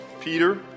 Peter